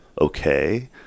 okay